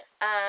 Yes